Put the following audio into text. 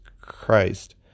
Christ